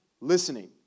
listening